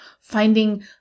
finding